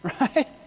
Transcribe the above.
Right